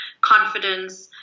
confidence